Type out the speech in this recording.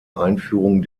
einführung